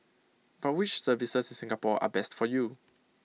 but which services in Singapore are best for you